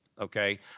okay